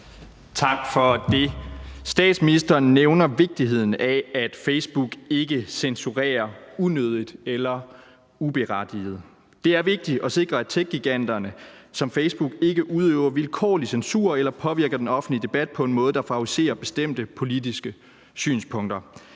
Tak for det. Statsministeren nævner vigtigheden af, at Facebook ikke censurerer unødigt eller uberettiget. Det er vigtigt at sikre, at techgiganterne som Facebook ikke udøver vilkårlig censur eller påvirker den offentlige debat på en måde, der favoriserer bestemte politiske synspunkter.